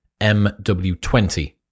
MW20